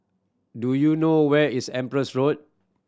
do you know where is Empress Road